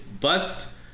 bust